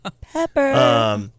Pepper